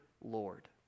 Lord